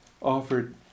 offered